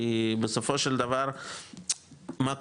כי בסופו של דבר מה קורה?